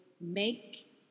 make